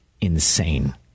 insane